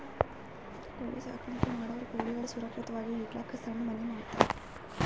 ಕೋಳಿ ಸಾಕಾಣಿಕೆ ಮಾಡೋರ್ ಕೋಳಿಗಳ್ ಸುರಕ್ಷತ್ವಾಗಿ ಇರಲಕ್ಕ್ ಸಣ್ಣ್ ಮನಿ ಮಾಡಿರ್ತರ್